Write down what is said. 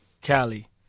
Cali